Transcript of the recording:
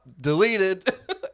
deleted